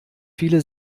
viele